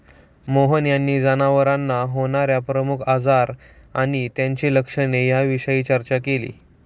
मोहन यांनी जनावरांना होणार्या प्रमुख आजार आणि त्यांची लक्षणे याविषयी चर्चा केली